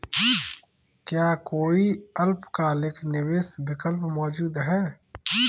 क्या कोई अल्पकालिक निवेश विकल्प मौजूद है?